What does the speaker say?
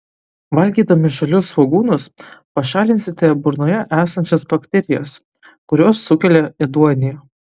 valgydami žalius svogūnus pašalinsite burnoje esančias bakterijas kurios sukelia ėduonį